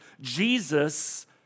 Jesus